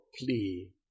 plea